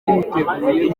yiteguye